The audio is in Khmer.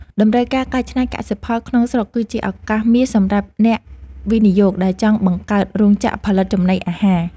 តម្រូវការកែច្នៃកសិផលក្នុងស្រុក គឺជាឱកាសមាសសម្រាប់អ្នកវិនិយោគដែលចង់បង្កើតរោងចក្រផលិតចំណីអាហារ។